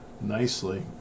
nicely